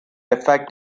effect